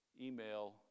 email